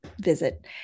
visit